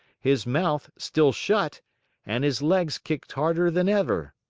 his mouth still shut and his legs kicked harder than ever.